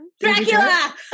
Dracula